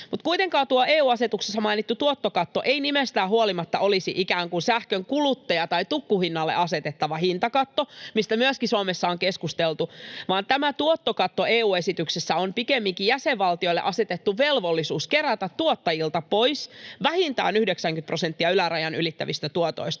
Kuitenkaan tuo EU-asetuksessa mainittu tuottokatto ei nimestään huolimatta olisi ikään kuin sähkön kuluttaja‑ tai tukkuhinnalle asetettava hintakatto, mistä myöskin Suomessa on keskusteltu, vaan tämä tuottokatto EU-esityksessä on pikemminkin jäsenvaltioille asetettu velvollisuus kerätä tuottajilta pois vähintään 90 prosenttia ylärajan ylittävistä tuotoista.